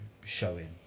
showing